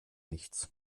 nichts